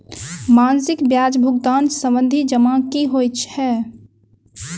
मासिक ब्याज भुगतान सावधि जमा की होइ है?